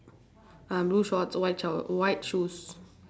ah blue shorts white shower white shoes